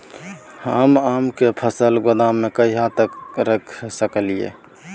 हम आम के फल गोदाम में कहिया तक रख सकलियै?